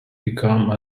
become